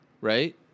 right